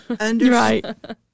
Right